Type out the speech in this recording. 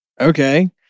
Okay